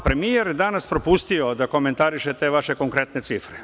Premijer je danas propustio da komentariše te vaše konkretne cifre.